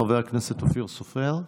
חבר הכנסת אופיר סופר,